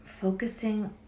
focusing